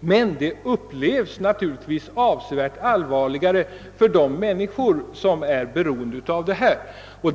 men det upplevs naturligt vis avsevärt allvarligare av de människor som berörs av denna fråga.